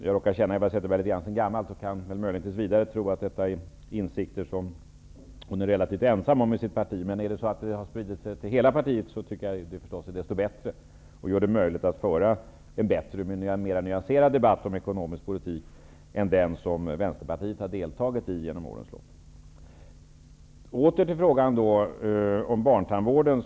Jag råkar känna Eva Zetterberg litet grand sedan gammalt, och jag tror därför att detta är insikter som hon är relativt ensam om i sitt parti, men om dessa insikter har spridit sig till hela partiet är det förstås desto bättre. Det skulle göra det möjligt att föra en bättre och mera nyanserad debatt om ekonomisk politik än den diskussion som Vänsterpartiet har fört under årens lopp. Jag vill återkomma till frågan om barntandvården.